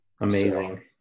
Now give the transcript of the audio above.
Amazing